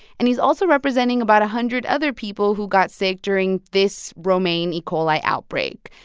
and he's also representing about a hundred other people who got sick during this romaine e. coli outbreak.